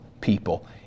people